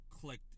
clicked